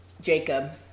Jacob